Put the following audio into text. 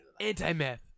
anti-meth